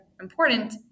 important